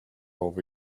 over